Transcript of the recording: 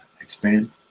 expand